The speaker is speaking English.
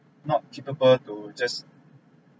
not capable to just